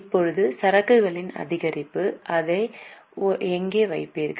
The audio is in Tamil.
இப்போது சரக்குகளின் அதிகரிப்பு அதை எங்கே வைப்பீர்கள்